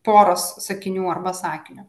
poros sakinių arba sakinio